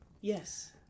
Yes